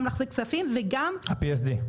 גם להחזיק כספים ה-PSD.